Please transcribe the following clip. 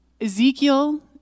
Ezekiel